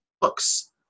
books